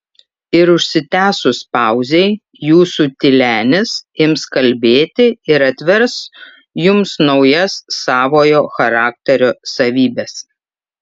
ir užsitęsus pauzei jūsų tylenis ims kalbėti ir atvers jums naujas savojo charakterio savybes